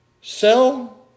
sell